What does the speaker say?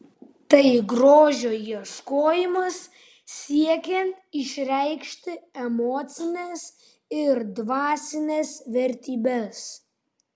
tai grožio ieškojimas siekiant išreikšti emocines ir dvasines vertybes